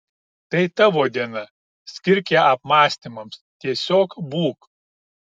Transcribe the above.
tai tavo diena skirk ją apmąstymams tiesiog būk